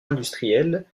industriel